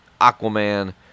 Aquaman